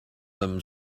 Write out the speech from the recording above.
them